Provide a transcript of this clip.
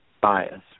bias